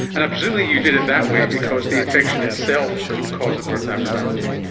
and presumably you did it that way because the infection itself could cause a birth abnormality.